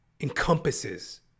encompasses